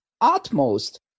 utmost